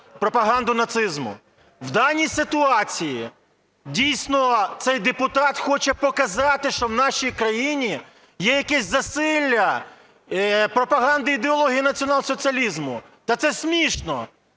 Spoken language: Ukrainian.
пропаганду нацизму. В даній ситуації дійсно цей депутат хоче показати, що в нашій країні є якесь засилля пропаганди ідеології націонал-соціалізму. Та це смішно.